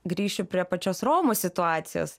grįšiu prie pačios romos situacijos